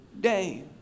day